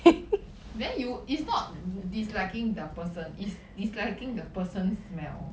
then you is not disliking the person is disliking the person smell